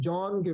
John